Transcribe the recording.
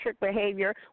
behavior